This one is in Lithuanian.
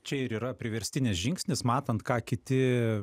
čia ir yra priverstinis žingsnis matant ką kiti